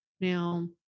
Now